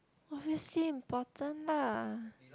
obviously important lah